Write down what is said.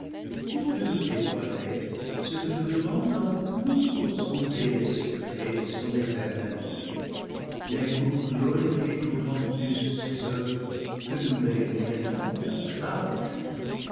tu peux nous dévoiler ce que nous demandons non pour sonder les secrets de son éternel empire mais pour glorifier d'autant plus ses oeuvres que nous les con naîtrons davantage